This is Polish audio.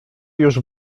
już